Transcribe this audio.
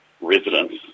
residents